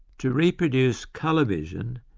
to reproduce colour vision,